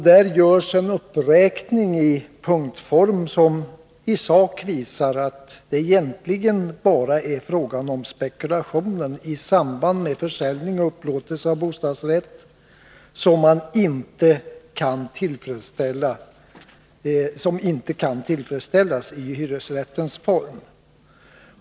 Där görs en uppräkning i punktform, som i sak visar att det egentligen bara är spekulationen i samband med försäljning och upplåtelse av bostadsrätt som inte kan tillfredsställas i hyresrättens form.